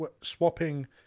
swapping